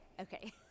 Okay